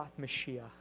Mashiach